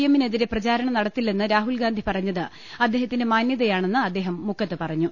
എമ്മിനെതിരെ പ്രചാരണം നടത്തില്ലെന്ന് രാഹുൽ ഗാന്ധി പറഞ്ഞത് അദ്ദേഹത്തിന്റെ മാന്യതയാണെന്ന് അദ്ദേഹം മുക്കത്ത് പറഞ്ഞു